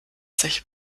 sich